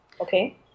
okay